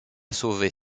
sauver